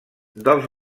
dels